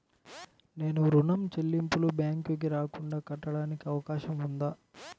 నేను ఋణం చెల్లింపులు బ్యాంకుకి రాకుండా కట్టడానికి అవకాశం ఉందా?